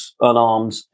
unarmed